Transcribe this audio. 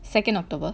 second october